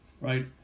right